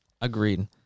Agreed